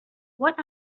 what